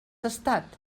estat